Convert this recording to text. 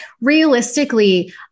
realistically